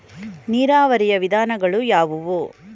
ನೀರಾವರಿಯ ವಿಧಾನಗಳು ಯಾವುವು?